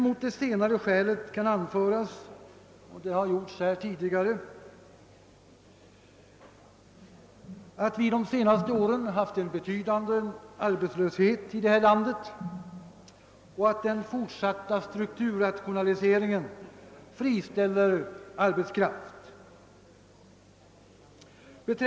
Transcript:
Mot det senare skälet kan anföras — och det har gjorts tidigare under debatten — att vi de senaste åren haft en betydande arbetslöshet i vårt land och att den fortsatta strukturrationaliseringen friställer arbetskraft.